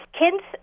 kids